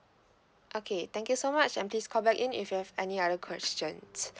okay thank you so much and please call back in if you have any other questions